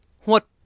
What